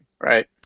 right